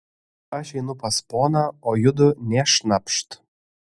aš einu pas poną o judu nė šnapšt